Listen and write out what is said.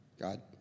God